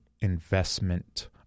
investment